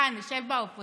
מה, נשב באופוזיציה?